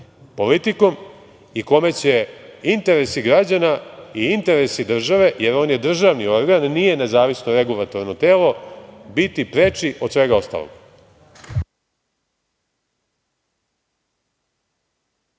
politikom i kome će interesi građana i interesi države, jer on je državni organ, nije nezavisno regulatorno telo, biti preči od svega ostalog.